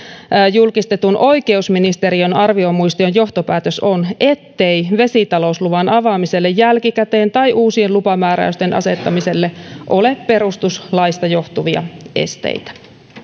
julkistetun oikeusministeriön arviomuistion johtopäätös on ettei vesitalousluvan avaamiselle jälkikäteen tai uusien lupamääräysten asettamiselle ole perustuslaista johtuvia esteitä